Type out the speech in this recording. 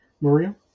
Maria